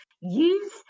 Use